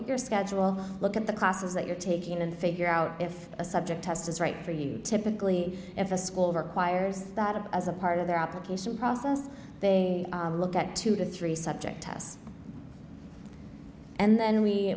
at your schedule look at the classes that you're taking in and figure out if a subject test is right for you typically if a school requires that a as a part of their application process they look at two to three subject tests and then we